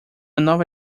nova